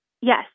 Yes